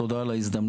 תודה על ההזדמנות.